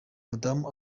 mudamu